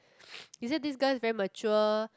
he said this girl is very mature